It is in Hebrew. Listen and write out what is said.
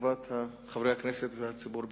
לטובת חברי הכנסת והציבור בכלל.